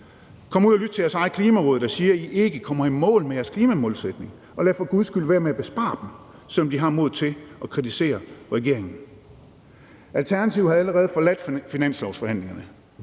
Kom ud og lyt til jeres eget Klimaråd, der siger, at I ikke kommer i mål med jeres klimamålsætning. Og lad for guds skyld være med at lave besparelser på rådet, fordi det har modet til at kritisere regeringen. Alternativet har allerede forladt finanslovsforhandlingerne.